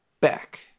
back